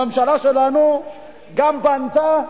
הממשלה שלנו גם בנתה,